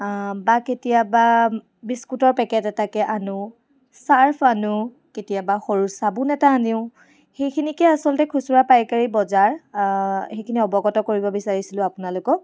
বা কেতিয়াবা বিস্কুটৰ পেকেট এটাকে আনো চাৰ্ফ আনো কেতিয়াবা সৰু চাবোন এটা আনো সেইখিনিকে আচলতে খুচুৰা পাইকাৰি বজাৰ সেইখিনি অৱগত কৰিব বিচাৰিছিলো আপোনালোকক